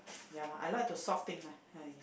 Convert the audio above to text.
ya lah I like to solve thing lah